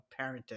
parenting